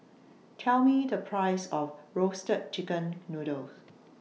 Tell Me The Price of Roasted Chicken Noodle